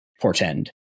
Portend